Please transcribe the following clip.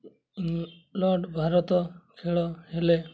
England Bharat ଖେଳ ହେଲେ